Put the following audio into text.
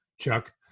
Chuck